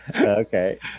Okay